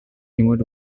remote